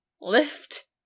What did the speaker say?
lift